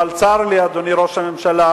צר לי, אדוני ראש הממשלה,